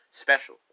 special